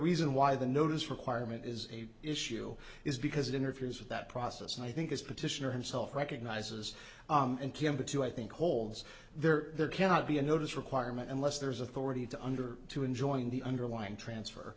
reason why the notice requirement is a issue is because it interferes with that process and i think is petitioner himself recognizes and can be to i think holds there there cannot be a notice requirement unless there is authority to under to enjoin the underlying transfer